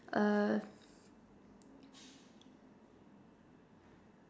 err